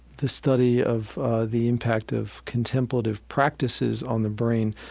the study of the impact of contemplative practices on the brain.